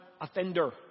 offender